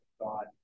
God